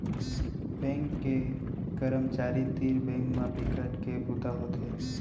bank के करमचारी तीर बेंक म बिकट के बूता होथे